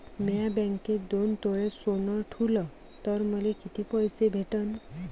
म्या बँकेत दोन तोळे सोनं ठुलं तर मले किती पैसे भेटन